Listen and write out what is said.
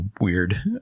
weird